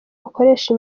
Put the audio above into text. bukoresha